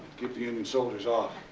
the union soldiers off.